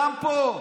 גם פה,